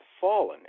fallen